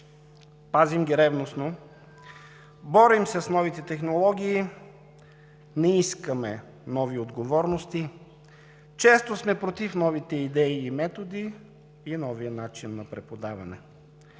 пазим ги ревностно, борим се с новите технологии, не искаме нови отговорности, често сме против новите идеи и методи и новия начин на преподаване.